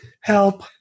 help